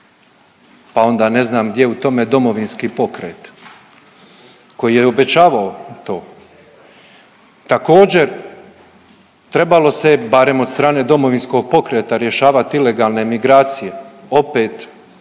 pa onda ne znam gdje je u tome Domovinski pokret koji je obećavao to. Također trebalo se je barem od strane DP-a rješavati ilegalne migracije, opet